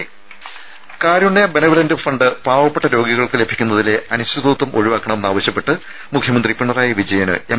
രുമ Karunya benevolent fund പാവപ്പെട്ട രോഗികൾക്ക് ലഭിക്കുന്നതിലെ അനിശ്ചിതത്വം ഒഴിവാക്കണമെന്നാവശ്യപ്പെട്ട് മുഖ്യമന്ത്രി പിണറായി വിജയന് എം